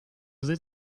lit